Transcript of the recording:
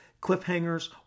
cliffhangers